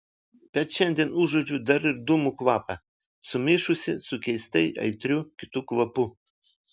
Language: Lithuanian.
bet šiandien užuodžiu dar ir dūmų kvapą sumišusį su keistai aitriu kitu kvapu